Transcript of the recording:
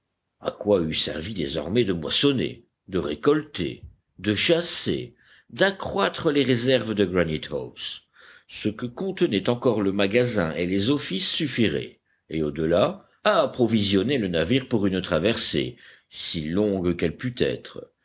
à quoi eût servi désormais de moissonner de récolter de chasser d'accroître les réserves de granite house ce que contenaient encore le magasin et les offices suffirait et au delà à approvisionner le navire pour une traversée si longue qu'elle pût être